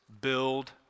build